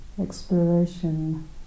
exploration